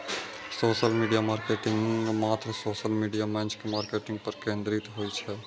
social media marketing मात्र social media मंच के मार्केटिंग पर केंद्रित होइ छै